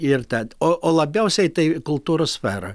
ir tad o o labiausiai tai kultūros sfera